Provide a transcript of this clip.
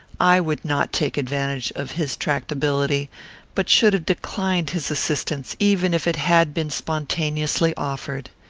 i would not take advantage of his tractability but should have declined his assistance, even if it had been spontaneously offered.